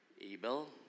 Abel